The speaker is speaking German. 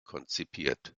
konzipiert